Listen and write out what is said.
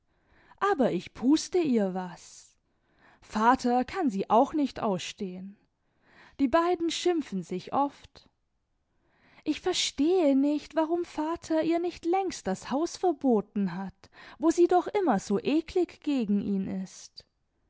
aber ich puste ihr was vater kann sie auch nicht ausstehen die beiden schimpfen sich oft ich verstehe nicht warum vater ihr nicht längst das haus verboten hat wo sie doch immer so eklig gegen ihn ist